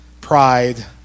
pride